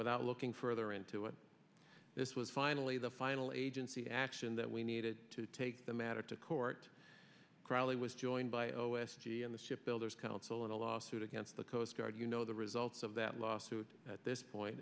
without looking further into it this was finally the final agency action that we needed to take the matter to court crowley was joined by o s g and the shipbuilders counsel in a lawsuit against the coast guard you know the results of that lawsuit at this point